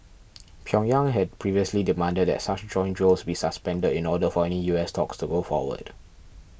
Pyongyang had previously demanded that such joint drills be suspended in order for any U S talks to go forward